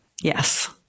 Yes